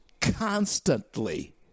constantly